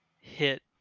hit